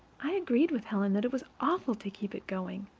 i agreed with helen that it was awful to keep it going.